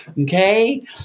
Okay